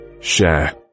share